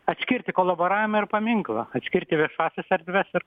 atskirti kolaboravimą ir paminklą atskirti viešąsias erdves ir